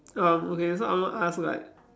um okay so I'm going ask like